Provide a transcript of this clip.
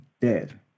dead